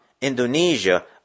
Indonesia